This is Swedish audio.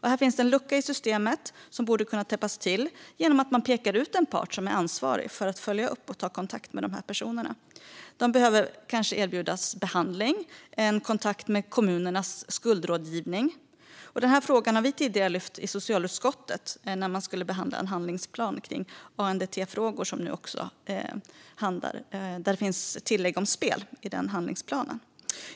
Här finns en lucka i systemet som borde kunna täppas till genom att man pekar ut en part som är ansvarig för att följa upp och ta kontakt med dessa personer, som kanske behöver erbjudas behandling eller kontakt med kommunernas skuldrådgivning. Vi lyfte upp denna fråga i socialutskottet tidigare, när man behandlade handlingsplanen för ANDT-frågor, där det finns ett tillägg om spel.